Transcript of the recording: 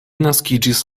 naskiĝis